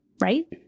right